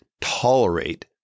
tolerate